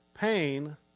pain